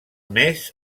més